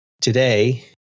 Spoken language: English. today